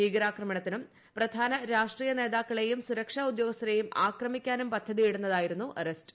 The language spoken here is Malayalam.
ഭൂീകരാക്രമണത്തിനും പ്രധാന രാഷ്ട്രീയ നേതാക്കളെയും സുരക്ഷാ ഉദ്യോഗസ്ഥരെയും ആക്രമിക്കാനും പദ്ധതിയിട്ടുന്ന്തിനിടെയായിരുന്നു അറസ്റ്റ്